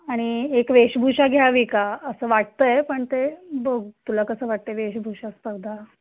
आणि एक वेशभूषा घ्यावी का असं वाटत आहे पण ते बघ तुला कसं वाटत आहे वेशभूषा स्पर्धा